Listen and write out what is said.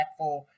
impactful